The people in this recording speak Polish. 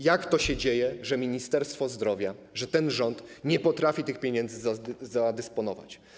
Jak to się dzieje, że Ministerstwo Zdrowia, że ten rząd nie potrafią tych pieniędzy zadysponować?